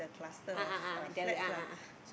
ah ah ah the ah ah ah